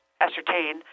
ascertain